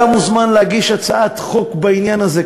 אתה מוזמן להגיש הצעת חוק בעניין הזה.